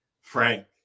Frank